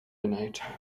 tonight